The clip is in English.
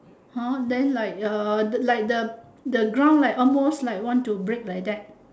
!huh! then like uh like the the ground like almost like want to break like that